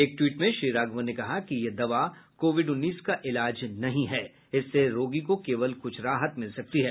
एक ट्वीट में श्री राघवन ने कहा कि यह दवा कोविड उन्नीस का इलाज नहीं है इससे रोगी को केवल कुछ राहत मिल सकती है